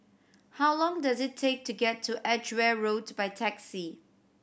how long does it take to get to Edgeware Road by taxi